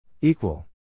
Equal